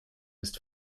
ist